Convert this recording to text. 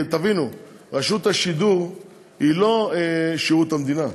תבינו, רשות השידור היא לא שירות המדינה,